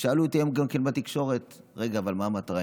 שאלו אותי היום גם בתקשורת: רגע, מה המטרה?